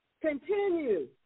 Continue